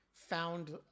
found